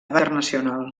internacional